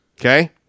Okay